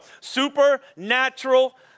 supernatural